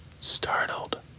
Startled